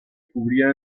cubrían